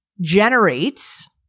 generates